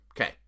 Okay